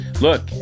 look